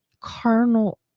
carnal